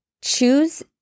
choose